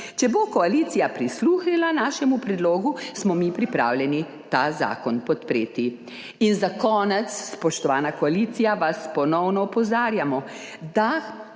12.35 (nadaljevanje) našemu predlogu, smo mi pripravljeni ta zakon podpreti. In za konec, spoštovana koalicija, vas ponovno opozarjamo, da